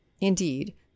indeed